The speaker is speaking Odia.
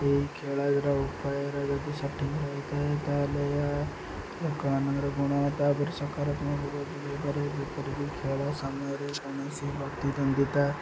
ଏହି ଖେଳାର ଉପାୟର ଯଦି ସଠିକ୍ ରହିଥାଏ ତାହେଲେ ଏହା ଲୋକମାନଙ୍କର ଗୁଣବତ୍ତା ସକରାତ୍ମକ ଯେପରିକି ଖେଳ ସମୟରେ କୌଣସି ବ୍ୟକ୍ତି ଦ୍ଵନ୍ଦତା